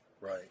Right